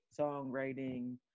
songwriting